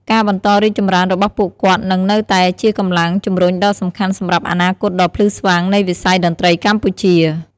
ការបន្តរីកចម្រើនរបស់ពួកគាត់នឹងនៅតែជាកម្លាំងជំរុញដ៏សំខាន់សម្រាប់អនាគតដ៏ភ្លឺស្វាងនៃវិស័យតន្ត្រីកម្ពុជា។